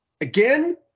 Again